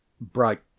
bright